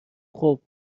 خوب